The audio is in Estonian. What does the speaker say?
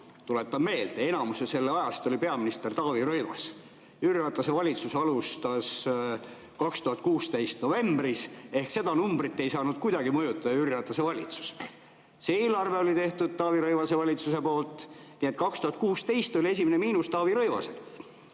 Tuletan meelde, enamiku selle ajast oli peaminister Taavi Rõivas. Jüri Ratase valitsus alustas 2016 novembris. Ehk seda numbrit ei saanud kuidagi mõjutada Jüri Ratase valitsus. See eelarve oli Taavi Rõivase valitsuse tehtud. Nii et 2016 oli esimene miinus Taavi Rõivaselt.